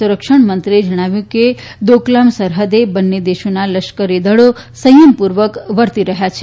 સંરક્ષણ મંત્રીએ જણાવ્યું કે દોકલામ સરહદે બન્ને દેશોનાં લશ્કરીદળો સંયમપૂર્વક વર્તી રહ્યાં છે